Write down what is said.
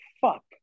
fuck